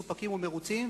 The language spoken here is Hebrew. מסופקים ומרוצים,